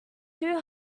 too